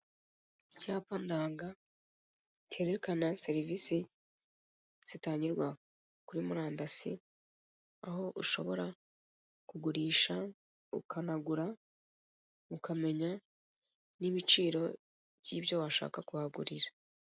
Icyapa ndanga cyerekana serivisi zitangirwa kuri murandasi, aho ushobora kugurisha ukanagura, ukamenya n'ibiciro by'ibyo washaka kuhagurira.